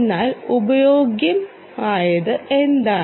എന്നാൽ ഉപയോഗയോഗ്യമായത് എന്താണ്